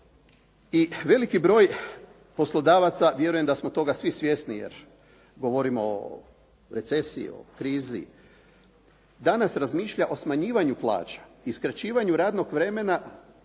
I veliki broj poslodavaca vjerujem da smo toga svi svjesni, jer govorimo o recesiji, krizi danas razmišlja o smanjivanju plaća i skraćivanju radnog vremena